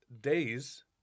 days